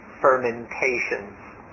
fermentations